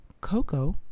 Coco